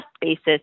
basis